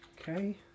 Okay